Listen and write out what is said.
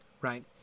right